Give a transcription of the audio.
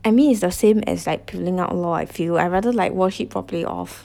I mean it's the same as like peeling out lor I feel I rather like wash it properly off